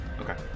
Okay